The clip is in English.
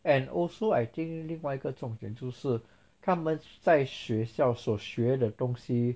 and also I think 另外一个中间就是他们在学校所学的东西